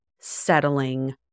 settling